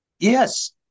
Yes